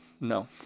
no